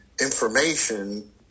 information